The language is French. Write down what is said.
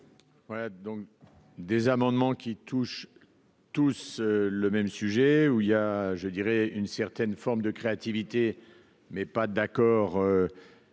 Voilà donc des amendements qui touche tous le même sujet où il y a, je dirais une certaine forme de créativité, mais pas d'accord